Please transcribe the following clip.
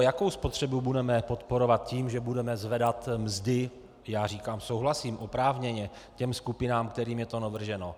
Jakou spotřebu budeme podporovat tím, že budeme zvedat mzdy já říkám, souhlasím, oprávněně těm skupinám, kterým je to navrženo?